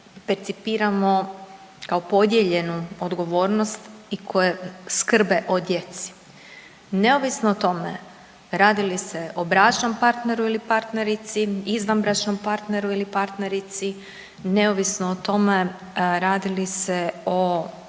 percipiramo kao podijeljenu odgovornost i koje skrbe o djeci, neovisno o tome radi li se o bračnom partneru ili partnerici, izvanbračnom partneru ili partnerici, neovisno o tome radi li se o